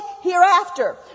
hereafter